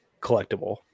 collectible